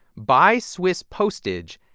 buy swiss postage,